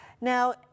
Now